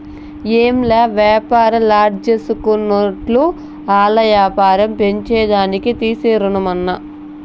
ఏంలా, వ్యాపారాల్జేసుకునేటోళ్లు ఆల్ల యాపారం పెంచేదానికి తీసే రుణమన్నా